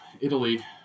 Italy